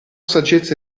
saggezza